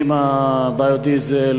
ברכבים ביו-דיזל,